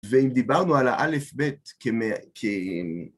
ואם דיברנו על האלף בית כ...